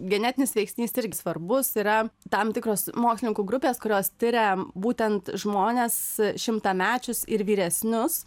genetinis veiksnys irgi svarbus yra tam tikros mokslininkų grupės kurios tiria būtent žmones šimtamečius ir vyresnius